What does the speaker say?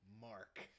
Mark